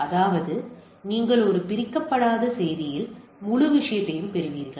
அதாவது நீங்கள் ஒரு பிரிக்கப்படாத செய்தியில் முழு விஷயத்தையும் பெறுவீர்கள்